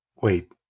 Wait